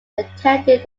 attended